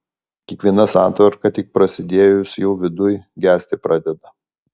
kiekviena santvarka tik prasidėjus jau viduj gesti pradeda